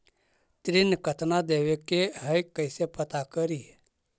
ऋण कितना देवे के है कैसे पता करी?